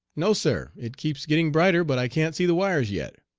no, sir it keeps getting brighter, but i can't see the wires yet.